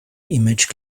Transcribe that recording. image